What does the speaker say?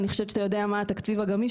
אני חושבת שאתה יודע מה התקציב הגמיש